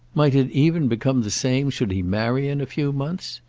might it even become the same should he marry in a few months?